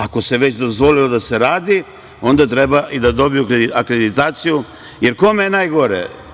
Ako se već dozvolilo da se radi, onda treba da dobiju akreditaciju, jer kome je najgore?